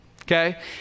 okay